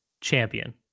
champion